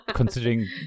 considering